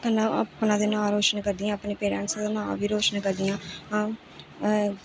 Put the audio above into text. कन्नै अपना ते नांऽ रोशन करदियां अपने पेरैंटस दा नांऽ बी रोशन करदियां